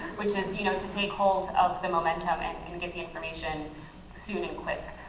which is to you know to take hold of the momentum and get the information soon and quick.